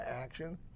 action